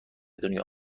دنیا